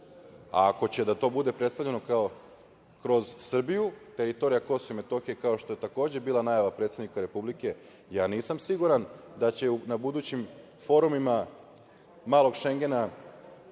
Ako će da to bude predstavljeno kroz Srbiju, teritorija Kosova i Metohije, kao što je to takođe bila najava predsednika Republike, ja nisam siguran da će na budućim forumima „malog Šengena“